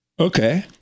Okay